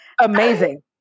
Amazing